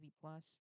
plus